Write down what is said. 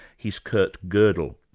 he's kurt godel,